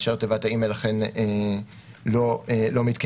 כאשר תיבת האימייל אכן לא מתקיימת.